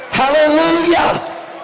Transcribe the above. Hallelujah